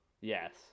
yes